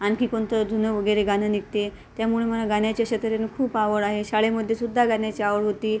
आणखी कोणतं जुनं वगैरे गाणं निघते त्यामुळं मला गाण्याची अशा तऱ्हेनं खूप आवड आहे शाळेमध्ये सुद्धा गाण्याची आवड होती